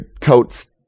coats